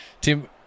Tim